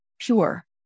pure